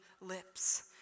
lips